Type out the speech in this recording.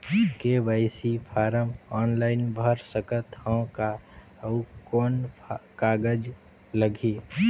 KYC form online भर सकत हवं का? अउ कौन कागज लगही?